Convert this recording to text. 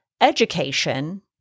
education